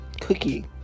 Cookie